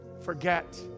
forget